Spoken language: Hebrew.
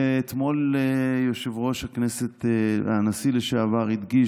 ואתמול יושב-ראש הכנסת והנשיא לשעבר הדגיש